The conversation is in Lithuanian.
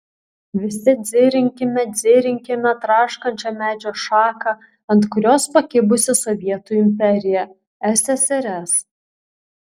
visi dzirinkime dzirinkime traškančią medžio šaką ant kurios pakibusi sovietų imperija ssrs